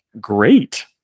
Great